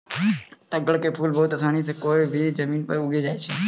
तग्गड़ के फूल बहुत आसानी सॅ कोय भी जमीन मॅ उगी जाय छै